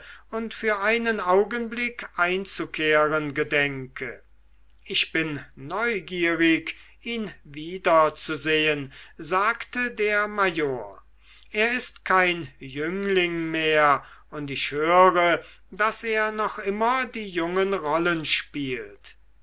und für einen augenblick einzukehren gedenke ich bin neugierig ihn wiederzusehen sagte der major er ist kein jüngling mehr und ich höre daß er noch immer die jungen rollen spielt